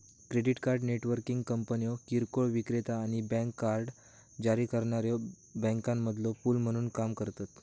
credit card networking कंपन्यो किरकोळ विक्रेता आणि बँक कार्ड जारी करणाऱ्यो बँकांमधलो पूल म्हणून काम करतत